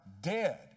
dead